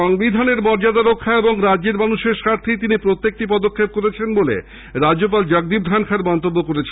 সংবিধানের মর্যাদা রক্ষা এবং রাজ্যের মানুষের স্বার্থেই তিনি প্রত্যেকটি পদক্ষেপ করেছেন বলে রাজ্যপাল জগদীপ ধনখড় মন্তব্য করেছেন